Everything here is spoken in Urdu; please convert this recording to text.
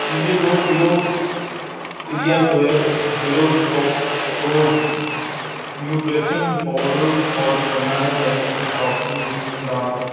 مجھے دو کلو PediaSure zero sucrose nutrition powder order کرنا ہے کیا تم اسے شاپنگ لیسٹ میں ڈال سکتے